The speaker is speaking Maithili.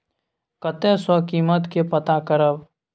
कतय सॅ कीमत के पता करब?